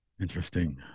Interesting